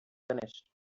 finished